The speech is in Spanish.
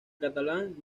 catalán